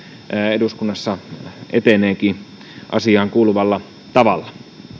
eduskunnassa eteneekin asiaan kuuluvalla tavalla